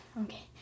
Okay